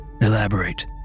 Elaborate